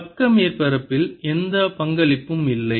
பக்க மேற்பரப்பில் எந்த பங்களிப்பும் இல்லை